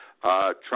Trump